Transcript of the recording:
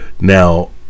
Now